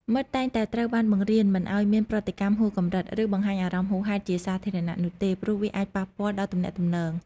មិត្តតែងតែត្រូវបានបង្រៀនមិនឱ្យមានប្រតិកម្មហួសកម្រិត ឬ បង្ហាញអារម្មណ៍ហួសហេតុជាសាធារណៈនោះទេ ព្រោះវាអាចប៉ះពាល់ដល់ទំនាក់ទំនង។